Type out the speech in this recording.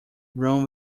room